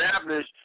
establish